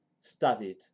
studied